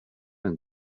men